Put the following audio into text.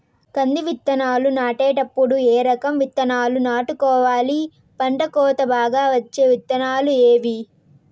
కంది విత్తనాలు నాటేటప్పుడు ఏ రకం విత్తనాలు నాటుకోవాలి, పంట కోత బాగా వచ్చే విత్తనాలు ఏవీ?